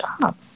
job